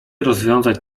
rozwiązać